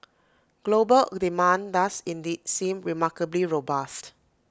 global demand does indeed seem remarkably robust